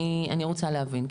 אני רוצה להבין.